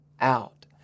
out